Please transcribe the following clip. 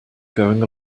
going